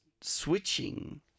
switching